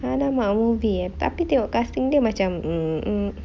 !alamak! movie eh tapi tengok casting dia macam mm